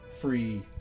free